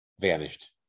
Vanished